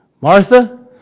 Martha